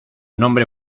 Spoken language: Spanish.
nombre